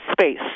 space